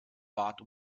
bat